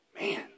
Man